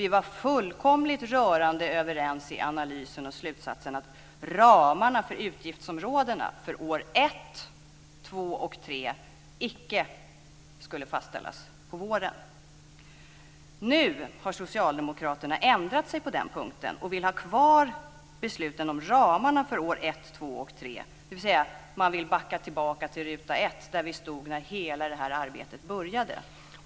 Vi var fullkomligt rörande överens i analysen och slutsatsen att ramarna för utgiftsområdena för åren ett, två och tre icke skulle fastställas på våren. Nu har socialdemokraterna ändrat sig på den punkten och vill ha kvar besluten om ramarna för åren ett, två och tre, dvs. man vill backa tillbaka till ruta ett, där vi stod när arbetet började.